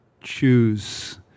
choose